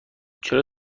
چرا